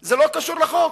זה לא קשור לחוק.